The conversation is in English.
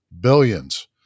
billions